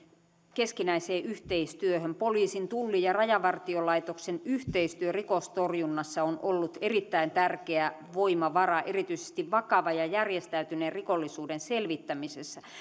keskinäiseen yhteistyöhön poliisin tullin ja rajavartiolaitoksen yhteistyö rikostorjunnassa on ollut erittäin tärkeä voimavara erityisesti vakavan ja järjestäytyneen rikollisuuden selvittämisessä